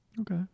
Okay